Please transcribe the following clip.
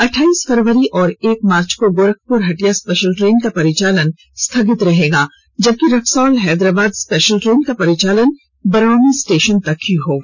अठाइस फरवरी और एक मार्च को गोरखपुर हटिया स्पेशल ट्रेन का परिचालन स्थगित रहेगा जबकि रक्सौल हैदराबाद स्पेशल ट्रेन का परिचालन बरौनी स्टेशन तक होगा